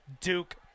Duke